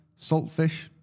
Saltfish